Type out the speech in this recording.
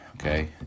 okay